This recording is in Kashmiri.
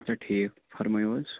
اَچھا ٹھیٖک فرمٲوِو حظ